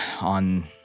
on